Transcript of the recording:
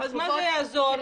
מה זה יעזור?